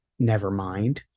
nevermind